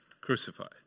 crucified